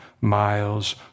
miles